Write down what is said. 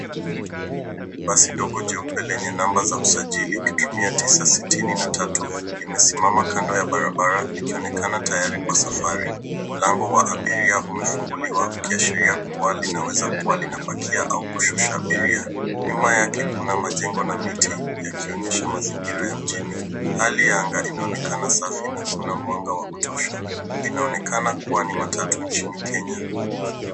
Basi dogo jeupe lenye namba za usajili limesimama kando ya barabara likionekana tayari kwa safari. Mlango wa abiria umefunguliwa ukiashiria kua linaweza kua linapakia au kushusha abiria. Nyuma yake kuna majengo na miti yakionyesha mazingira ya mjini. Hali ya anga inaonekana safi na kuna mwanga wa kutosha. Inaonekana kua ni matatu nchini Kenya.